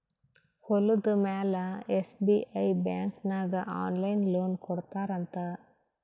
ಹೊಲುದ ಮ್ಯಾಲ SBI bank ನಾಗ್ ಆನ್ಲೈನ್ ಲೋನ್ ಕೊಡ್ತಾರ್ ಅಂತ್